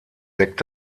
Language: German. deckt